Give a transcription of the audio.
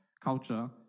culture